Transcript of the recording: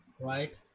right